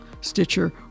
stitcher